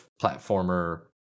platformer